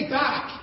back